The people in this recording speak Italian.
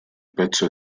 pezzo